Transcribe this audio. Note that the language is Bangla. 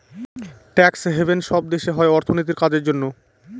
ট্যাক্স হ্যাভেন সব দেশে হয় অর্থনীতির কাজের জন্য